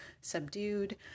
subdued